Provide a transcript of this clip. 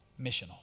Missional